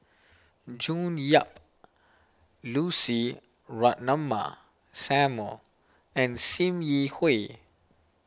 June Yap Lucy Ratnammah Samuel and Sim Yi Hui